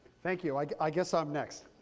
thank you. i guess i'm next.